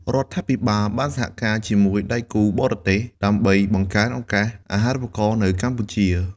រដ្ឋាភិបាលបានសហការជាមួយដៃគូបរទេស ដើម្បីបង្កើនឱកាសអាហារូបករណ៍នៅកម្ពុជា។